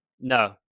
No